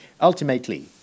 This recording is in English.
Ultimately